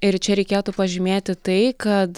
ir čia reikėtų pažymėti tai kad